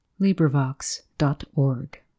LibriVox.org